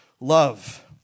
Love